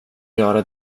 göra